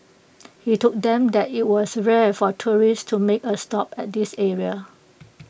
he told them that IT was rare for tourists to make A stop at this area